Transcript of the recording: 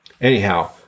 anyhow